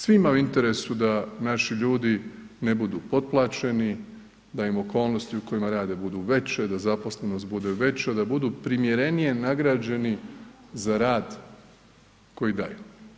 Svima je u interesu naši ljudi ne budu potplaćeni da im okolnosti u kojima rade budu veće, da zaposlenost bude veća, da budu primjerenije nagrađeni za rad koji daju.